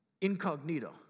incognito